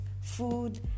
food